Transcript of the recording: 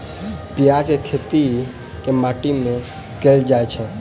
प्याज केँ खेती केँ माटि मे कैल जाएँ छैय?